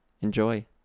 Enjoy